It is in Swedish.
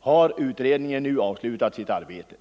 har utredningen nu avslutat sitt arbete.